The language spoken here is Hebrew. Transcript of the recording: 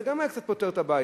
זה גם היה קצת פותר את הבעיה.